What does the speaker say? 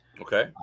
Okay